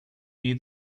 near